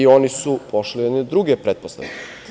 Oni su pošli od jedne druge pretpostavke.